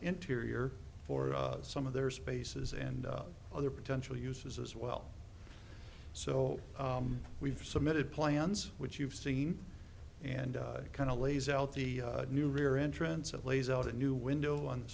interior for some of their spaces and other potential uses as well so we've submitted plans which you've seen and kind of lays out the new rear entrance of lays out a new window on the